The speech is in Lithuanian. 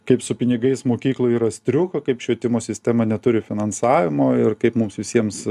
kaip su pinigais mokyklų yra striuka kaip švietimo sistema neturi finansavimo ir kaip mums visiems